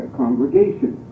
congregation